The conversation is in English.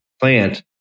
plant